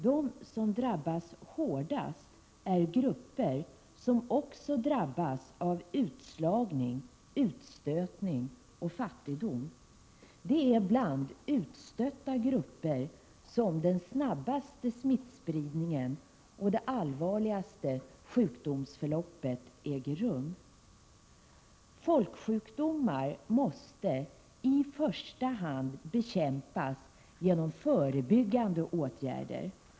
De som drabbas hårdast är grupper som också drabbas av utslagning, utstötning och fattigdom. Det är bland utstötta grupper som den snabbaste smittspridningen och det allvarligaste sjukdomsförloppet äger rum. Folksjukdomar måste i första hand bekämpas genom förebyggande åtgärder.